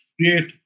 create